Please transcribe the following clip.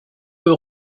peu